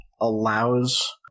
allows